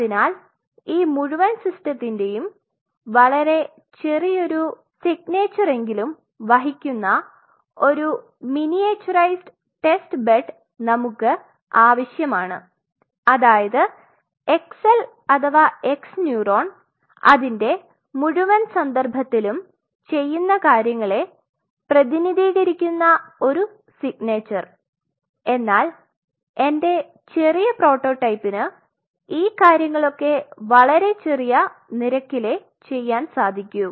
അതിനാൽ ഈ മുഴുവൻ സിസ്റ്റത്തിന്റെയും വളരെ ചെറിയൊരു സിഗ്നേച്ചർ എങ്കിലും വഹിക്കുന്ന ഒരു മിനിയേച്ചറൈസ്ഡ് ടെസ്റ്റ് ബെഡ് നമ്മുക് ആവശ്യമാണ് അതായത് xl അഥവാ x ന്യൂറോൺ അതിന്റെ മുഴുവൻ സന്ദർഭത്തിലും ചെയുന്ന കാര്യങ്ങളെ പ്രീതിനിതീകരിക്കുന്ന ഒരു സിഗ്നേച്ചർ എന്നാൽ എന്റെ ചെറിയ പ്രോട്ടോടൈപ്പിനു ഈ കാര്യങ്ങളൊക്കെ വളരെ ചെറിയ നിരക്കിലെ ചെയ്യാൻ സാദിക്കു